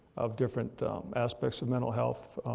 of different aspects of mental health,